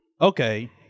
Okay